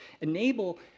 enable